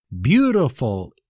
beautiful